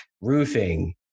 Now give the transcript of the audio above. roofing